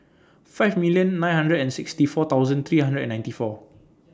five million nine hundred and sixty four thousand three hundred and ninety four